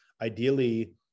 ideally